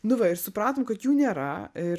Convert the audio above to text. nu va ir supratom kad jų nėra ir